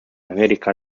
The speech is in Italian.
america